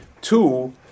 Two